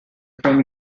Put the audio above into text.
from